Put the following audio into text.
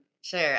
Sure